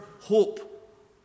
hope